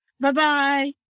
Bye-bye